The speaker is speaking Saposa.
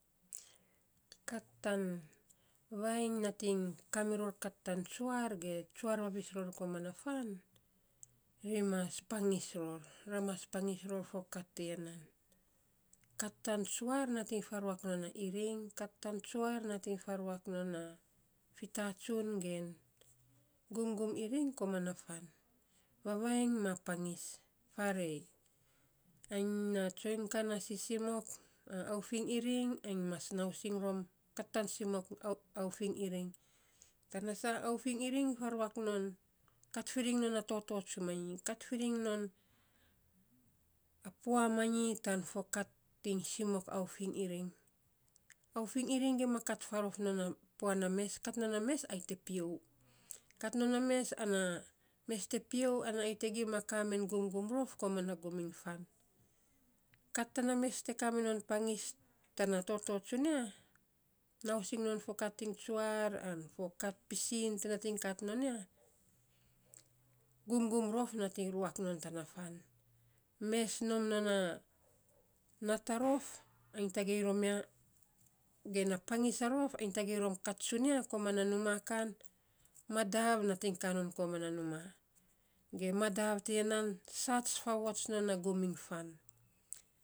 Kat tan vavainy nating kamiror kat tan tsuar, ge tsuar vavis ror koman na fan, ri mas pangis ror. Ra mas pangis ror fo kat tiya nan. Kat tan tsuar nating faruak non a iring, kat tan tsuar nating faruak non a fifatsuts gen gumgum iring koman na fan. Vavainy ma pangis, faarei anyi na tsoiny ka na sisimok a aufiny iring, anyi mas nausiny rom kat tan simok aufiny iring, tana saa aufiny iring faruak non, kat firing non a tot tsumainy, kat firing non a pua manyi, tan fo kat iny simok fo aufiny iring. Aufing iring gima kat faarof non a puan na mes kat nom na mes ai te piou, kat non na mes ana mes te piou, ana ayei te gima kaa men gumgum rof koman na gum iny fan. Kat tana mes te kaminon pangis tana toto tsunia, nausiny non fo kat iny tsuar an fo kat piisin te nating kat not ya, gumgum rof nating ruak non tana fan. Mes nom non a nat a rof, tagei rom ya, ge na pangis a rof ain tagei rom ya kat tsunia kan koman a numaa kan madav nating kaa non koman na numaa, ge madav tiya nan saats faavots non a gum iny fan.